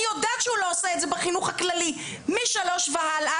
יודעת שהוא לא עושה את זה בחינוך הכללי משלוש והלאה,